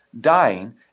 dying